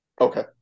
okay